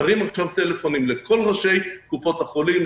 תתקשר עכשיו בטלפון לכל ראשי קופות החולים,